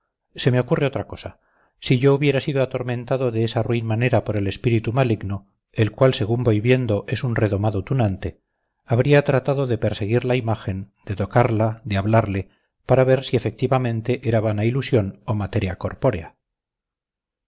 se me ocurre otra cosa si yo hubiera sido atormentado de esa ruin manera por el espíritu maligno el cual según voy viendo es un redomado tunante habría tratado de perseguir la imagen de tocarla de hablarle para ver si efectivamente era vana ilusión o materia corpórea